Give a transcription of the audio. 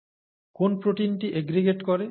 কোন প্রোটিনটি এগ্রিগেট করে